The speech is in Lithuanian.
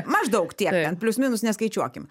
maždaug tiek ten plius minus neskaičiuokim